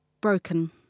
broken